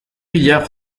bila